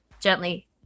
gently